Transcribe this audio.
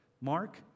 Mark